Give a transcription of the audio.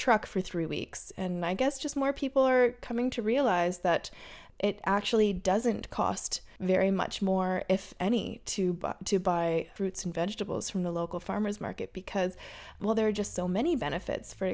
truck for three weeks and i guess just more people are coming to realize that it actually doesn't cost very much more if any to buy to buy fruits and vegetables from the local farmer's market because there are just so many benefits for